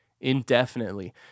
indefinitely